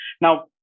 Now